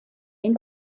ein